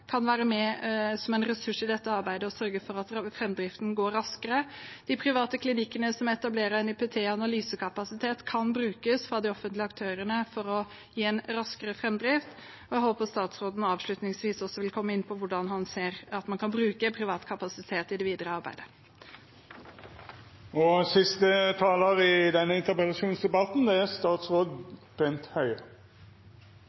kan være med som en ressurs i dette arbeidet og sørge for at framdriften går raskere. De private klinikkene som etablerer en NIPT-analysekapasitet, kan brukes av de offentlige aktørene for å gi en raskere framdrift. Jeg håper statsråden avslutningsvis vil komme inn på hvordan han ser at man kan bruke privat kapasitet i det videre arbeidet. Når jeg understreket at Stortingets vedtak i mange av de temaene som berøres i denne